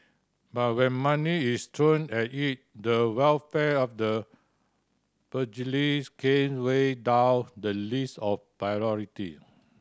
but when money is thrown at it the welfare of the pugilists came way down the list of priority